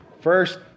First